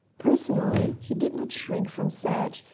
personally he did not shrink from search,